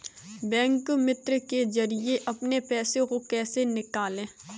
Bank मित्र के जरिए अपने पैसे को कैसे निकालें?